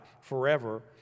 forever